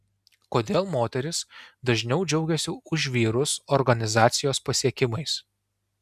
kodėl moterys dažniau džiaugiasi už vyrus organizacijos pasiekimais